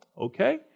okay